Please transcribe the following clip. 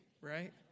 right